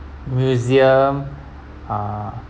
museum uh